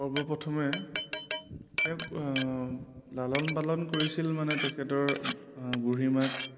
সৰ্ব প্ৰথমে তেওঁক লালন পালন কৰিছিল মানে তেখেতৰ বুঢ়ী মাক